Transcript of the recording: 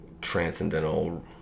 transcendental